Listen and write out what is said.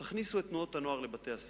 תכניסו את תנועות הנוער לבתי-הספר,